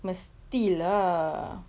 mesti lah